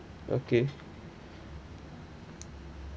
okay